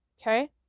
Okay